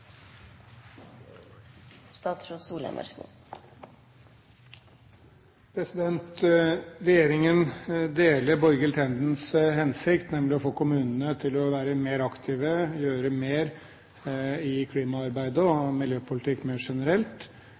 Regjeringen deler Borghild Tendens hensikt, nemlig å få kommunene til å være mer aktive, gjøre mer i klimaarbeid og miljøpolitikk mer generelt.